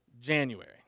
January